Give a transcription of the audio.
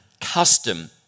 custom